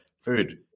food